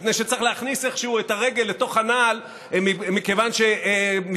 מפני שצריך להכניס איכשהו את הרגל לתוך הנעל מכיוון שמספר